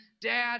Dad